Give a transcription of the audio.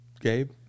Gabe